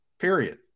Period